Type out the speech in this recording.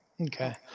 Okay